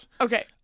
Okay